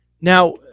Now